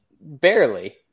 barely